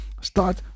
start